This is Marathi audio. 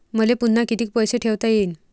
मले पुन्हा कितीक पैसे ठेवता येईन?